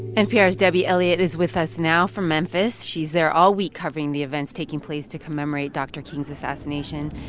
npr's debbie elliott is with us now from memphis. she's there all week covering the events taking place to commemorate dr. king's assassination.